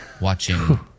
watching